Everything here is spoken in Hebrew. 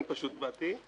אני פשוט באתי.